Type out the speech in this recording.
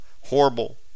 horrible